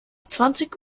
zwanzig